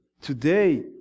today